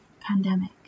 pandemic